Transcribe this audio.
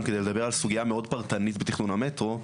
כדי לדבר על סוגייה מאוד פרטנית בתכנון המטרו,